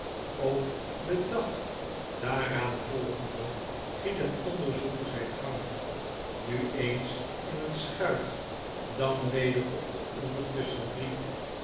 ook den dag daaraanvolgende ging het onderzoek zgn gang nu eens in een schuit dan weder op den oever tusschen het riet